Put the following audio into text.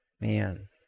Man